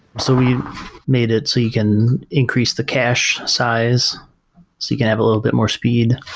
so we've made it, so you can increase the cache size, so you can have a little bit more speed.